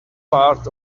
part